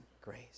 grace